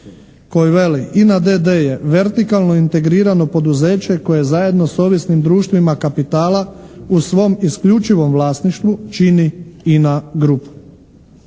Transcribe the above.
koji veli: "INA d.d. je vertikalno integrirano poduzeće koje zajedno s ovisnim društvima kapitala u svom isključivom vlasništvu čini INA grupu".